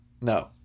No